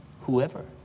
Whoever